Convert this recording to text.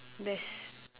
best